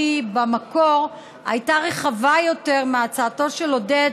במקור הייתה רחבה יותר מהצעתו של עודד,